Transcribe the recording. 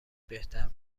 بهتر